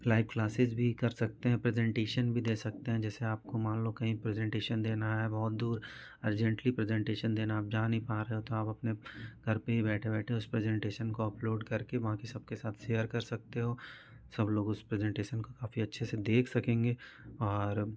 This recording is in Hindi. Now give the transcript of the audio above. लाइव क्लासेस भी कर सकते है प्रेजेंटेशन भी दे सकते हैं जैसे आपको मान लो कहीं प्रेजेंटेशन देना है बहुत दूर अर्जेंटली प्रेजेंटेशन देना है आप जा नहीं पा रहे हो तो आप अपने घर पर ही बैठे बैठे उस प्रेजेंटेशन को अपलोड करके बाक़ी सब के साथ शेयर कर सकते हो सब लोगों उस प्रेजेंटेशन को काफी अच्छे से देख सकेंगे और